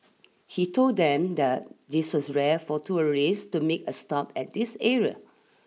he told them that this was rare for tourist to make a stop at this area